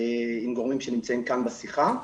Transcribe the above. עם גורמים שנמצאים כאן בשיחה.